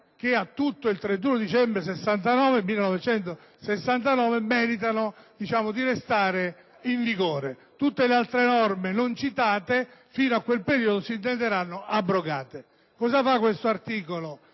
che a tutto il 31 dicembre 1969 meritano di restare in vigore. Tutte le altre norme datate fino a quel momento e non citate s'intenderanno abrogate. Questo articolo